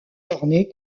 ornée